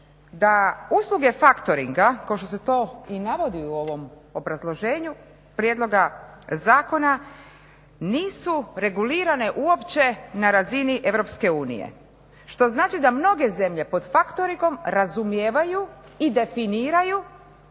da usluge factoringa kao što se to i navodi u ovom obrazloženju prijedloga zakona nisu regulirane uopće na razini Europske unije. Što znači da mnoge zemlje pod factoringom razumijevaju i definiraju